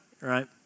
right